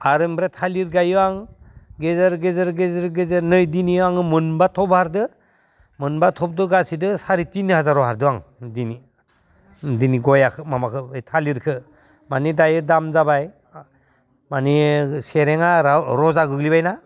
आरो ओमफ्राय थालिर गायो आं गेजेर गेजेर गेजेर नै दिनै आङो मोनबाथ' बारदों मोनबा थबजों गासैजों साराय थिन हाजाराव हरदों आं दिनै दिनै गयखौ माबाखौ बे थालिरखौ माने दायो दाम जाबाय माने सेरेना रजा गोग्लैबायना